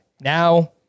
Now